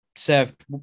Served